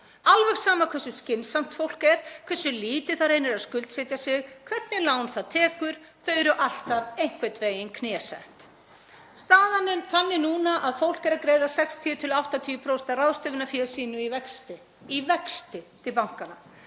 Alveg sama hversu skynsamt fólk er, hversu lítið það reynir að skuldsetja sig, hvernig lán það tekur, þau eru alltaf einhvern veginn knésett. Staðan er þannig núna að fólk er að greiða 60–80% af ráðstöfunarfé sínu í vexti — í